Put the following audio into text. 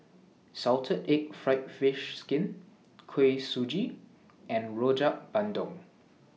Salted Egg Fried Fish Skin Kuih Suji and Rojak Bandung